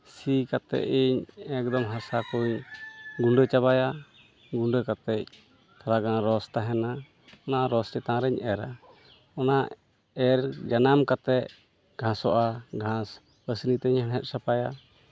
ᱥᱤ ᱠᱟᱛᱮᱫ ᱤᱧ ᱮᱠᱫᱚᱢ ᱦᱟᱥᱟ ᱠᱚ ᱜᱩᱸᱰᱟᱹ ᱪᱟᱵᱟᱭᱟ ᱜᱩᱸᱰᱟᱹ ᱠᱟᱛᱮᱫ ᱛᱷᱚᱲᱟᱜᱟᱱ ᱨᱚᱥ ᱛᱟᱦᱮᱱᱟ ᱚᱱᱟ ᱨᱚᱥ ᱪᱮᱛᱟᱱ ᱨᱤᱧ ᱮᱨᱟ ᱚᱱᱟ ᱮᱨ ᱡᱟᱱᱟᱢ ᱠᱟᱛᱮᱫ ᱜᱷᱟᱥᱚᱜᱼᱟ ᱜᱷᱟᱥ ᱯᱟᱥᱱᱤ ᱛᱤᱧ ᱦᱮᱲᱦᱮᱫ ᱥᱟᱯᱷᱟᱭᱟ